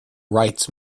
rights